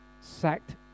sacked